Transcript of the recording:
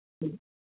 ம்